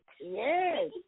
Yes